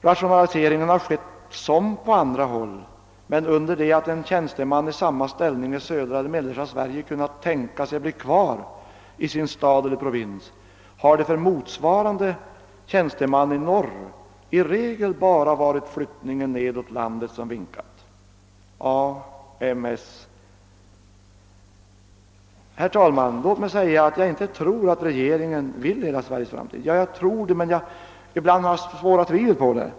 Rationalisering har skett här som på andra håll, men under det att en tjänsteman i samma ställning i södra eller mellersta Sverige har kunnat tänka sig att bli kvar i sin stad eller provins, har det för motsvarande tjänsteman i norr i regel bara varit flyttning neråt landet som vinkat — AMS. Herr talman! Jag tror egentligen att regeringen vill hela Sveriges väl, men ibland har jag svåra tvivel på det.